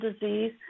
disease